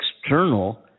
external